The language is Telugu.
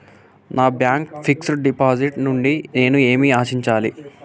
నా బ్యాంక్ ఫిక్స్ డ్ డిపాజిట్ నుండి నేను ఏమి ఆశించాలి?